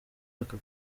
aka